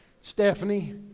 Stephanie